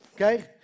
okay